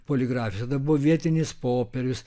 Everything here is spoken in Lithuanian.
poligrafija tada buvo vietinis popierius